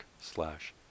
slash